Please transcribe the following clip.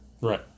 Right